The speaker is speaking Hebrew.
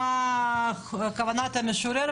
למה כוונת המשורר,